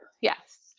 Yes